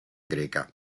greca